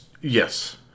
Yes